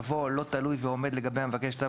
יבוא "לא תלוי ועומד לגבי המבקש צו